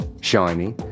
Shiny